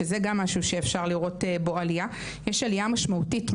שזה גם משהו שאפשר לראות בו עליה- יש עלייה משמעותית.